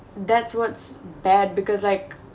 that's what's bad because like